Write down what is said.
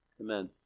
Amen